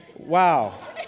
Wow